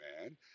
man